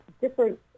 different